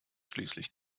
schließlich